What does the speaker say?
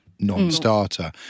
non-starter